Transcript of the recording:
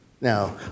Now